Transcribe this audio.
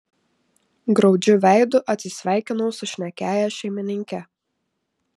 graudžiu veidu atsisveikinau su šnekiąja šeimininke